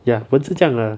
ya 人是这样的啦